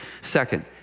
Second